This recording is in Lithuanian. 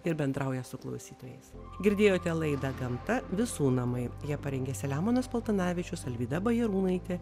ir bendrauja su klausytojais girdėjote laidą gamta visų namai ją parengė selemonas paltanavičius alvyda bajarūnaitė